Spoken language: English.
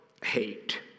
hate